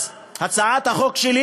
אז הצעת החוק שלי